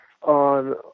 on